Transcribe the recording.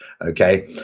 okay